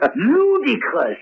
ludicrous